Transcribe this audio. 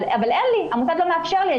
אבל אין לי והמוסד לא מאפשר לי.